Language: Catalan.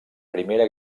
primera